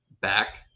back